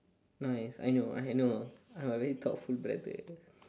nice I know I know I am a very thoughtful brother